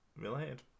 related